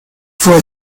for